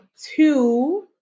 Two